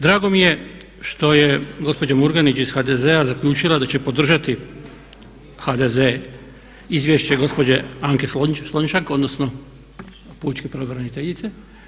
Drago mi je što je gospođa Murganić iz HDZ-a zaključila da će podržati HDZ, izvješće gospođe Anke Slonjšak, odnosno pučke pravobraniteljice.